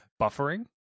buffering